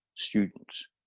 students